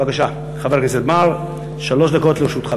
בבקשה, חבר הכנסת בר, שלוש דקות לרשותך.